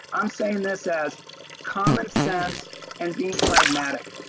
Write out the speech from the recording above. i'm saying this as common sense and being pragmatic.